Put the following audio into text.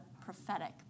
prophetic